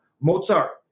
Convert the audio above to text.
Mozart